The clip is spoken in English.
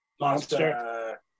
Monster